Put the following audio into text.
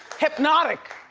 hypnotic,